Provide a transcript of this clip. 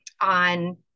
on